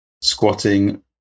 squatting